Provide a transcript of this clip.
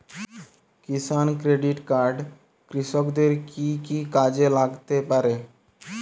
কিষান credit card কৃষকের কি কি কাজে লাগতে পারে?